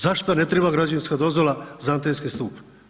Zašto ne treba građevinska dozvola za antenski stup?